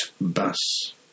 Bus